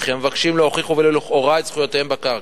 וכי המבקשים לא הוכיחו ולו לכאורה את זכויותיהם בקרקע.